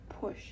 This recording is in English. push